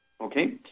Okay